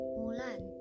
mulan